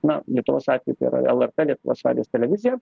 na lietuvos atveju tai yra lrt lietuvos radijas televizija